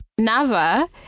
Nava